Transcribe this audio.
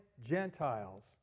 Gentiles